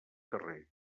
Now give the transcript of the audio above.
carrer